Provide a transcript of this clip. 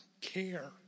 care